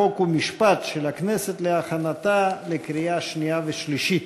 חוק ומשפט של הכנסת להכנתה לקריאה שנייה ושלישית.